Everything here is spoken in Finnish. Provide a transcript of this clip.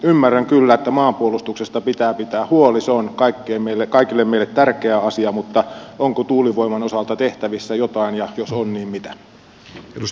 ymmärrän kyllä että maanpuolustuksesta pitää pitää huoli se on kaikille meille tärkeä asia mutta onko tuulivoiman osalta tehtävissä jotain ja jos on niin mitä